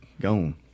gone